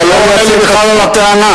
אתה לא עונה לי בכלל על הטענה.